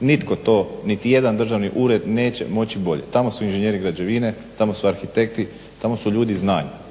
Nitko to, niti jedan državni ured neće moći bolje. Tamo su inženjeri građevine, tamo su arhitekti, tamo su ljudi iz znanja,